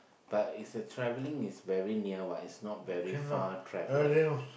but is a travelling is very near what is not very far travelling